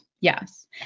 yes